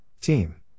Team